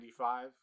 95